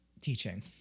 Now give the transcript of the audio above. teaching